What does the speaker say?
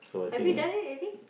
have you done it already